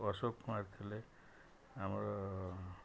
ଅଶୋକ ମାରିଥିଲେ ଆମର